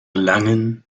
langen